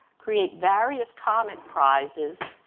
create various comment prizes,